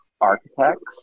architects